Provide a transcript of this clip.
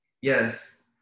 yes